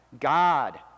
God